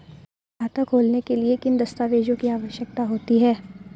खाता खोलने के लिए किन दस्तावेजों की आवश्यकता होती है?